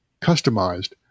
customized